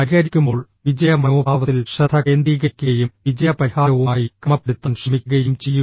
പരിഹരിക്കുമ്പോൾ വിജയ മനോഭാവത്തിൽ ശ്രദ്ധ കേന്ദ്രീകരിക്കുകയും വിജയ പരിഹാരവുമായി ക്രമപ്പെടുത്താൻ ശ്രമിക്കുകയും ചെയ്യുക